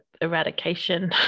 eradication